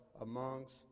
amongst